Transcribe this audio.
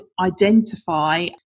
identify